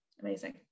amazing